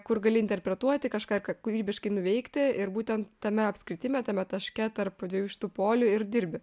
kur gali interpretuoti kažką kūrybiškai nuveikti ir būtent tame apskritime tame taške tarp dviejų šitų polių ir dirbi